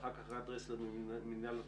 ואחר כך רן דרסלר ממינהל התכנון,